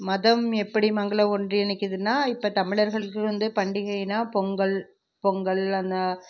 மதம் எப்படி மங்கள ஒன்றிணைக்கிதுனா இப்போ தமிழர்களுக்கு வந்து பண்டிகையினா பொங்கல் பொங்கல் அந்த